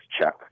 check